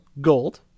gold